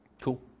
Cool